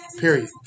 Period